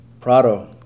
Prado